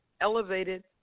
elevated